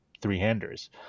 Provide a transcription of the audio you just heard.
three-handers